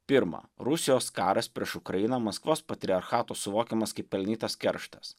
pirma rusijos karas prieš ukrainą maskvos patriarchato suvokiamas kaip pelnytas kerštas